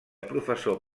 professor